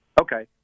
Okay